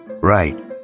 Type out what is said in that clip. right